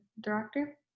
director